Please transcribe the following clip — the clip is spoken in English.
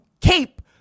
cape